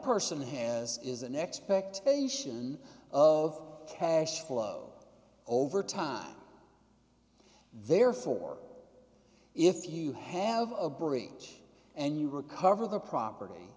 person has is an expectation of cash flow over time therefore if you have a brick and you recover the property